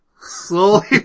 slowly